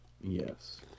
Yes